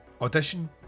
Audition